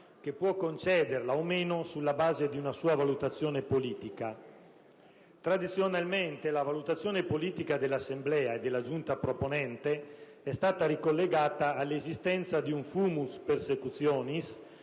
che può concederla o meno sulla base di una sua valutazione politica. Tradizionalmente, la valutazione politica dell'Assemblea (e della Giunta proponente) è stata ricollegata all'esistenza di un *fumus persecutionis*